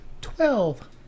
Twelve